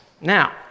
Now